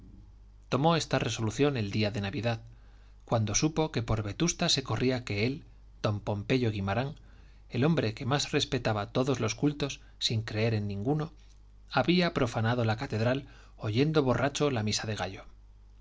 tomó esta resolución el día de navidad cuando supo que por vetusta se corría que él don pompeyo guimarán el hombre que más respetaba todos los cultos sin creer en ninguno había profanado la catedral oyendo borracho la misa del gallo se